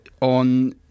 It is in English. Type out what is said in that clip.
on